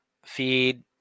Feed